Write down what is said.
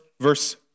verse